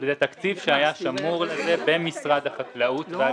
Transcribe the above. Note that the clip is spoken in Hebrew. התקציב היה שמור לזה במשרד החקלאות ועל